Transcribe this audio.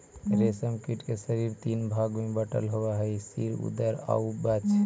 रेशम कीट के शरीर तीन भाग में बटल होवऽ हइ सिर, उदर आउ वक्ष